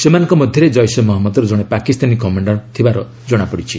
ସେମାନଙ୍କ ମଧ୍ୟରେ ଜେିସେ ମହନ୍ମଦର ଜଣେ ପାକିସ୍ତାନୀ କମାଣ୍ଡର ଥିବାର କଣାପଡ଼ିଛି